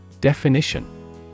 Definition